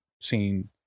seen